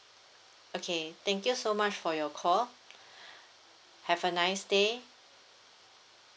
okay thank you so much for your call have a nice day